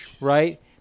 right